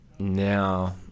Now